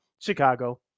Chicago